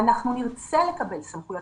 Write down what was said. אנחנו נרצה לקבל סמכויות.